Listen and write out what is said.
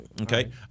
Okay